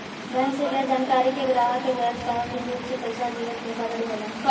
bank से बिना जानकारी के ग्राहक के गैर कानूनी रूप से पइसा लीहल धोखाधड़ी होला